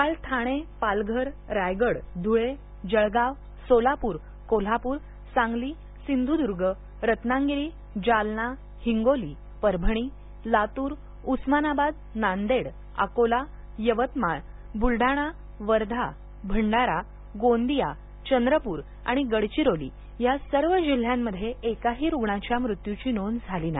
काल ठाणे पालघर रायगड धुळे जळगाव सोलापूर कोल्हापूर सांगली सिंधुद्र्ग रत्नागिरी जालना हिंगोली परभणी लातूर उस्मानाबाद नांदेड अकोला यवतमाळ बुलडाणा वर्धा भंडारा गोंदिया चंद्रपूर आणि गडचिरोली या सर्व जिल्ह्यांमध्ये एकाही रुग्णाच्या मृत्यूची नोंद झाली नाही